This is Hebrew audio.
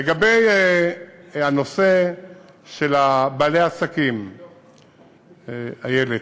לגבי נושא בעלי העסקים, איילת,